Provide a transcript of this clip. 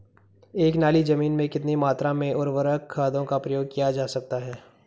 एक नाली जमीन में कितनी मात्रा में उर्वरक खादों का प्रयोग किया जाता है?